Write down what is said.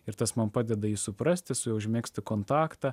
ir tas man padeda jį suprasti su juo užmegzti kontaktą